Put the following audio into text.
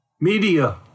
Media